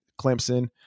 Clemson